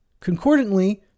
Concordantly